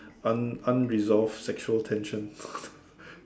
un~ unresolved sexual tensions